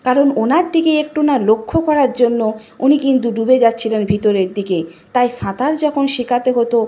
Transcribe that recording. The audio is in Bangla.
কারণ ওনার দিকে একটু না লক্ষ করার জন্য উনি কিন্তু ডুবে যাচ্ছিলেন ভিতরের দিকে তাই সাঁতার যখন শেখাতে হতো